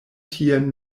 tien